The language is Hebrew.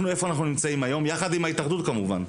יחד עם ההתאחדות כמובן.